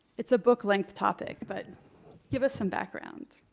it's a book-length topic, but give us some background.